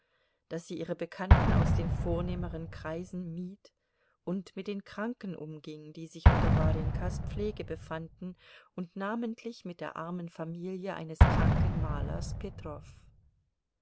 daß sie ihre bekannten aus den vornehmeren kreisen mied und mit den kranken umging die sich unter warjenkas pflege befanden und namentlich mit der armen familie eines kranken malers